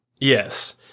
Yes